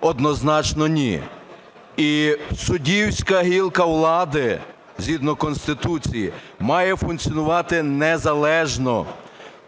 Однозначно ні. І суддівська гілка влади згідно Конституції має функціонувати незалежно,